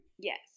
Yes